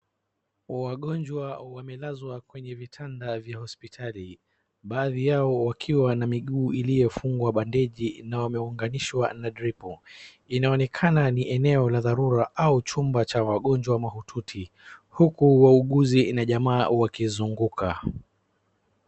Wagonjwa wamelazwa kwenye vitanda vya hospitali, baadhi yao wakiwa na miguu iliyofungwa bandeji na wameuganishwa na dripple , inaonekana ni eneo la dharura au chumba cha wagonjwa maututi huku wauguzi na jamaa wakizunguka.